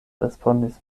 respondis